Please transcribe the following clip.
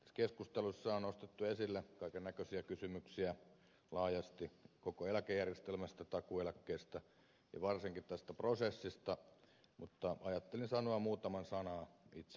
tässä keskustelussa on nostettu esille kaikennäköisiä kysymyksiä laajasti koko eläkejärjestelmästä takuueläkkeistä ja varsinkin tästä prosessista mutta ajattelin sanoa muutaman sanan itse laista